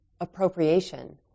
appropriation